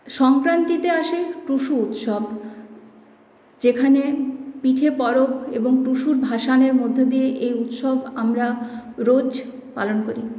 সংক্রান্তিতে আসে টুসু উৎসব যেখানে পিঠে পরব এবং টুসুর ভাসানের মধ্যে দিয়ে এই উৎসব আমরা রোজ পালন করি